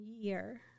year